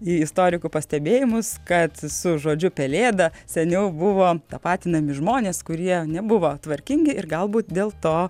į istorikų pastebėjimus kad su žodžiu pelėda seniau buvo tapatinami žmonės kurie nebuvo tvarkingi ir galbūt dėl to